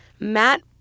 Matt